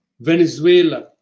Venezuela